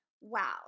wow